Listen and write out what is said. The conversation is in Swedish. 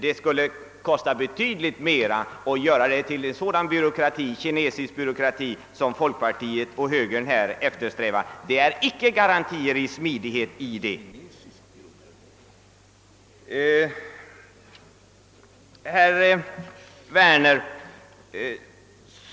Det skulle kosta betydligt mera och skapa det byråkratiska kineseri som folkpartiet och högern tydligen eftersträvar. Det finns inte några garantier för smidighet i ett sådant system.